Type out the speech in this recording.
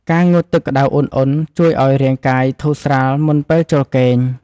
ការងូតទឹកក្ដៅអ៊ុនៗជួយឱ្យរាងកាយធូរស្រាលមុនពេលចូលគេង។